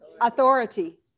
Authority